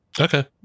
okay